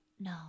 No